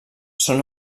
són